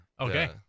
Okay